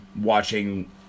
watching